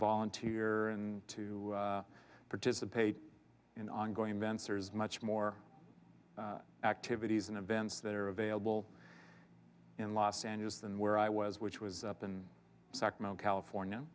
volunteer and to participate in ongoing dancers much more activities and events that are available in los angeles than where i was which was up in sacramento california